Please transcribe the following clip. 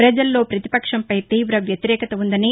ప్రజల్లో పతిపక్షంపై తీవ వ్యతిరేకత ఉందని